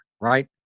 right